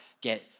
get